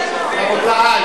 רבותי,